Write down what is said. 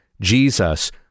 Jesus